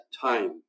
time